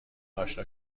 آشنا